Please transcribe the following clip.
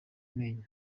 amenyo